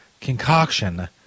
concoction